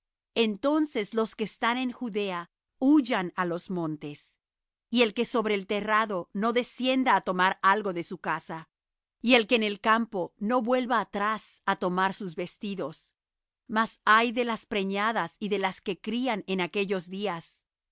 entonces los que están en judea huyan á los montes y el que sobre el terrado no descienda á tomar algo de su casa y el que en el campo no vuelva atrás á tomar sus vestidos mas ay de las preñadas y de las que crían en aquellos días